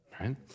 Right